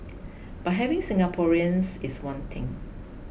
but having Singaporeans is one thing